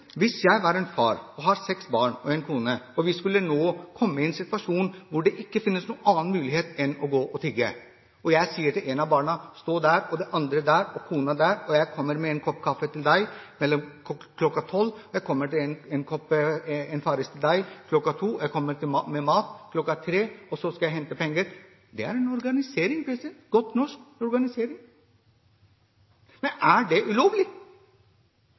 hvis jeg var en far og hadde seks barn og en kone, og vi nå skulle komme i en situasjon hvor det ikke fantes noen annen mulighet enn å gå og tigge, og jeg sier til et av barna: stå der, og til det andre: der, og til kona: der. Jeg kommer med en kopp kaffe til deg kl. 12, jeg kommer med en farris til deg kl. 14, og jeg kommer med mat kl. 15, og så skal jeg hente penger. Det er på godt norsk en organisering. Men er det ulovlig?